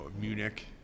Munich